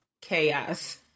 chaos